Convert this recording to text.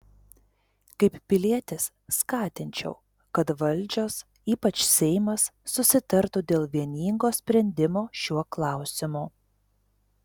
kaip pilietis skatinčiau kad valdžios ypač seimas susitartų dėl vieningo sprendimo šiuo klausimu